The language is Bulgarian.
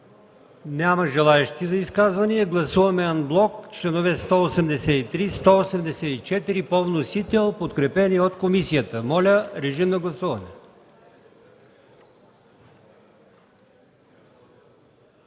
Няма желаещи за изказвания. Гласуваме анблок членове 183 и 184 по вносител, подкрепени от комисията. Гласували